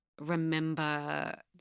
remember